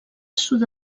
sud